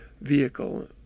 vehicle